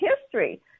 history